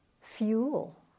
fuel